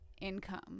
income